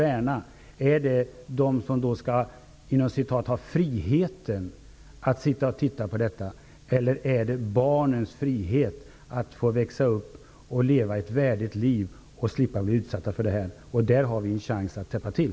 Är det den grupp som skall ha ''friheten'' att titta på detta eller är det barnens frihet att få växa upp och leva ett värdigt liv och slippa bli utsatta för detta? Där har vi en chans att täppa till.